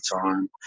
time